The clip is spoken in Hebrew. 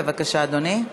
בבקשה, אדוני.